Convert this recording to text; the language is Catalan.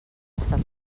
tastat